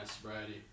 sobriety